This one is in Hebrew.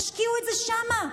תשקיעו את זה שם.